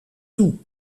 toe